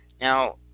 Now